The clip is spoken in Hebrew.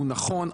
הוא נכון,